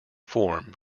form